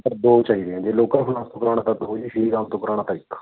ਫਿਰ ਦੋ ਚਾਹੀਦੇ ਹੈ ਜੇ ਲੋਕਲ ਫਾਈਨੈਂਸ ਤੋਂ ਕਰਾਉਣਾ ਤਾਂ ਦੋ ਜੇ ਸ਼੍ਰੀ ਰਾਮ ਤੋਂ ਕਰਾਉਣਾ ਤਾਂ ਇੱਕ